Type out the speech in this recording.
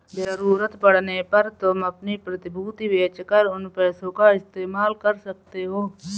ज़रूरत पड़ने पर तुम अपनी प्रतिभूति बेच कर उन पैसों का इस्तेमाल कर सकते हो